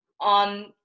on